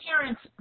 parents